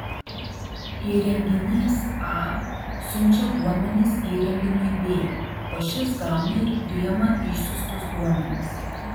įrenginys a siunčia duomenis įrenginiui b o šis gauna ir priima išsiųstus duomenis